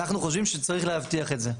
אנחנו חושבים שצריך להבטיח את זה.